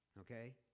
okay